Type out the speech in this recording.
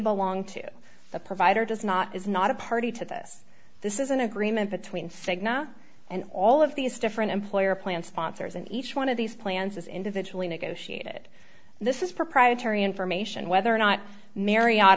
belong to the provider does not is not a party to this this is an agreement between cigna and all of these different employer plans sponsors and each one of these plans is individually negotiated this is proprietary information whether or not mary